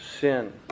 sin